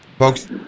Folks